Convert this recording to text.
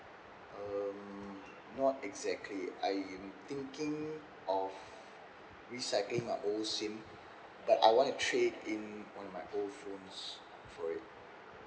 um not exactly I am thinking of recycling my old SIM but I want to trade in one of my old phones for it